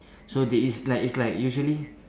so they is like is like usually